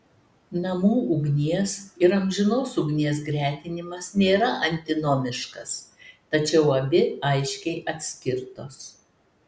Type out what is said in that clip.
namų ugnies ir amžinos ugnies gretinimas nėra antinomiškas tačiau abi aiškiai atskirtos